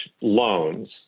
loans